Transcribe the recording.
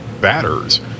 batters